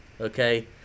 okay